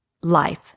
life